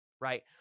right